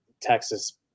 Texas